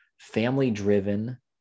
family-driven